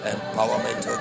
Empowerment